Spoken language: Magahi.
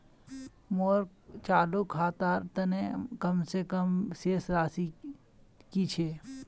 मोर चालू खातार तने कम से कम शेष राशि कि छे?